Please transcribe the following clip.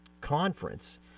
conference